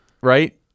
Right